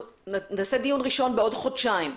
נעשה דיון ראשון בעוד חודשיים,